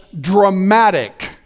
dramatic